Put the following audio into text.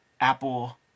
apple